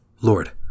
Lord